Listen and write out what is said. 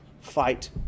fight